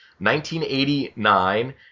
1989